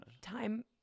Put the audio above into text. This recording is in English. time